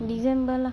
december lah